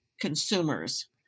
consumers